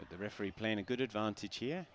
but the referee playing a good advantage here